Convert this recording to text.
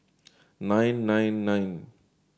nine nine nine